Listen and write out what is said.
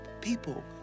people